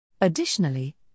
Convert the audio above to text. Additionally